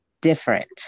different